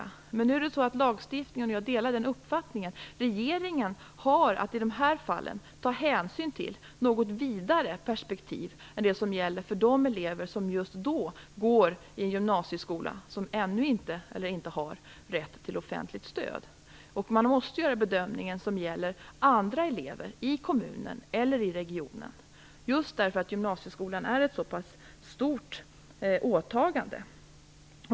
Men regeringen har i de här fallen enligt lagstiftningen, och jag delar den uppfattningen, att ta hänsyn till ett något vidare perspektiv än det som gäller för de elever som just då går i en gymnasieskola som inte har rätt till offentligt stöd. Man måste göra en bedömning som gäller andra elever i kommunen eller i regionen just därför att gymnasieskolan är ett så pass stort åtagande.